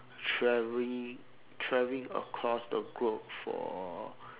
traveling traveling across the globe for